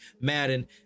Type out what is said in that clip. Madden